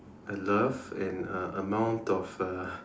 love and uh amount of uh